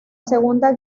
segunda